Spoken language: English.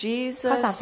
Jesus